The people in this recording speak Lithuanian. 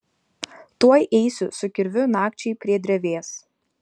tuoj eisiu su kirviu nakčiai prie drevės